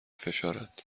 فشارد